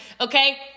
Okay